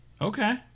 Okay